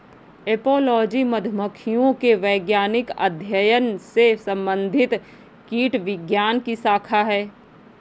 apiology मधुमक्खियों के वैज्ञानिक अध्ययन से संबंधित कीटविज्ञान की शाखा है